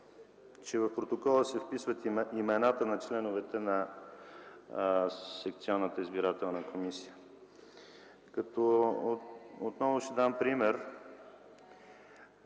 че в протокола се вписват имената на членовете на секционната избирателна комисия. Отново ще дам пример,